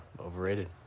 Overrated